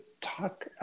talk